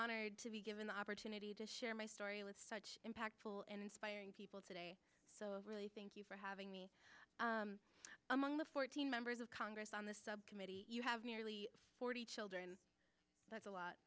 honored to be given the opportunity to share my story let such impactful and inspiring people today so really thank you for having me among the fourteen members of congress on this subcommittee you have nearly forty children that's a lot